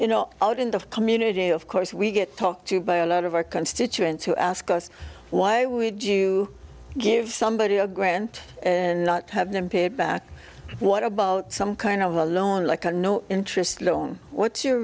you know out in the community of course we get talked to by a lot of our constituents who ask us why would you give somebody a grant and not have them pay it back what about some kind of a loan like a no interest loan what's your